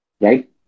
right